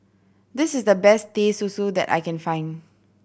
this is the best Teh Susu that I can find